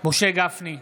משה גפני,